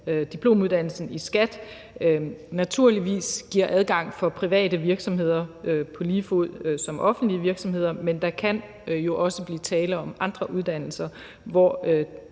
diplomuddannelsen i skat også giver adgang for private virksomheder på lige fod med offentlige virksomheder, men der kan jo også blive tale om andre uddannelser, hvor